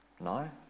No